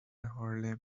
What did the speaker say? هارلِم